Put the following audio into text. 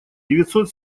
девятьсот